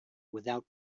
without